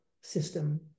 system